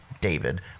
David